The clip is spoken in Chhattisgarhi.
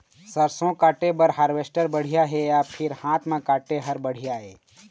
सरसों काटे बर हारवेस्टर बढ़िया हे या फिर हाथ म काटे हर बढ़िया ये?